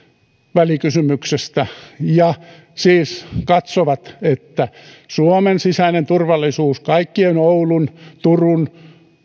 välikysymyksestä ja siis katsovat että suomen sisäinen turvallisuus kaikkien oulun turun